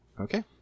Okay